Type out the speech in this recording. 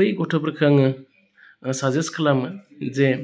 बै गथ'फोरखौ आङो साजेस्ट खालामो जे